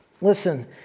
Listen